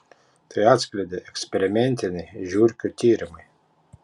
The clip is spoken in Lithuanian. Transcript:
tai atskleidė eksperimentiniai žiurkių tyrimai